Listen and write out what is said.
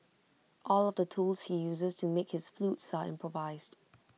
all of the tools he uses to make his flutes are improvised